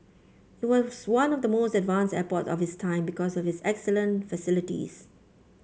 it was one of the most advanced airports of its time because of its excellent facilities